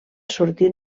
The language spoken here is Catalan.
sortir